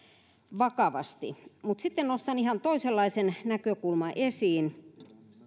vakavasti sitten nostan ihan toisenlaisen näkökulman esiin